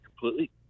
completely